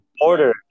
order